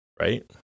Right